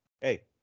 Hey